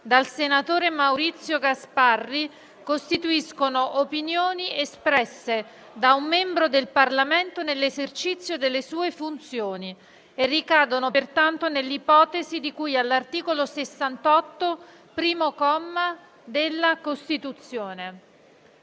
senatore all'epoca dei fatti, costituiscono opinioni espresse da un membro del Parlamento nell'esercizio delle sue funzioni e ricadono pertanto nell'ipotesi di cui all'articolo 68, primo comma, della Costituzione.